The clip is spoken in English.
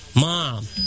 Mom